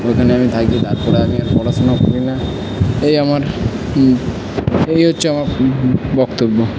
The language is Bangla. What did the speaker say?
ওখানে আমি থাকি তার পরে আমি আর পড়াশুনোও করি না এই আমার এই হচ্ছে আমার বক্তব্য